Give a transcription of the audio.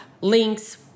links